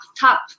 top